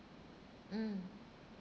mm